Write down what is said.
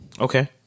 Okay